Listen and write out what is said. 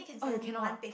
oh you cannot